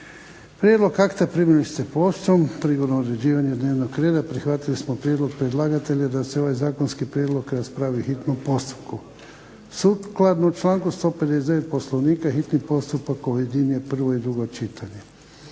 Prijedlog akta primili ste poštom, prigodom utvrđivanja dnevnog reda prihvatili smo prijedlog predlagatelja da se ovaj Zakonski prijedlog raspravi po hitnom postupku. Sukladno članku 159. Poslovnika hitni postupak objedinjuje prvo i drugo čitanje.